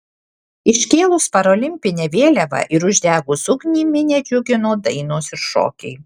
iškėlus paralimpinę vėliavą ir uždegus ugnį minią džiugino dainos ir šokiai